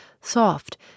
soft